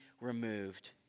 removed